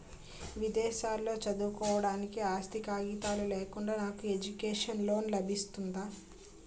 విదేశాలలో చదువుకోవడానికి ఆస్తి కాగితాలు లేకుండా నాకు ఎడ్యుకేషన్ లోన్ లబిస్తుందా?